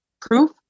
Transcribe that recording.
proof